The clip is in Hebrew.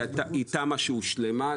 היא תמ"א שהושלמה.